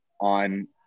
on